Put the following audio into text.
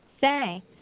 say